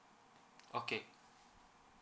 okay